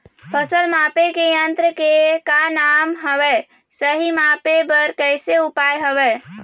फसल मापे के यन्त्र के का नाम हवे, सही मापे बार कैसे उपाय हवे?